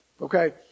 okay